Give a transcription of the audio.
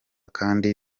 kandi